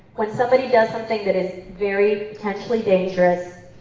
when somebody does something that is very potentially dangerous,